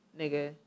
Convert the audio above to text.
nigga